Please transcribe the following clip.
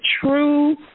true